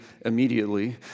immediately